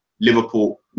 Liverpool